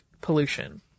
pollution